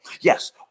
Yes